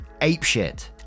apeshit